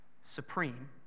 supreme